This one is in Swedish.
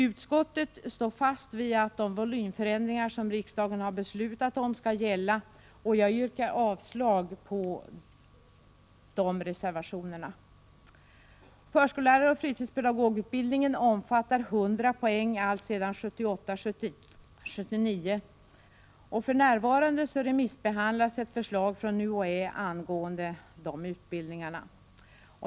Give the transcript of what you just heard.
Utskottet står fast vid att de volymförändringar som riksdagen har beslutat om skall gälla, och jag yrkar avslag på dessa reservationer. Förskolläraroch fritidspedagogutbildningen omfattar 100 poäng alltsedan 1978/79. För närvarande remissbehandlas ett förslag från UHÄ angående dessa utbildningar.